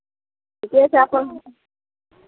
ठीके छै अपन